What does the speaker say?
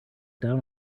down